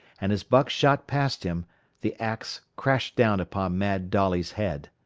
and as buck shot past him the axe crashed down upon mad dolly's head.